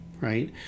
right